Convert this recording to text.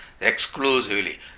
exclusively